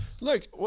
look